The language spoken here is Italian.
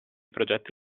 progetti